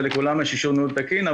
ולכולם יש אישור ניהול תקין.